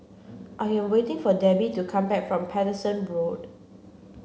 I am waiting for Debbi to come back from Paterson Road